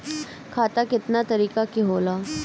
खाता केतना तरीका के होला?